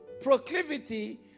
proclivity